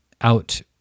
out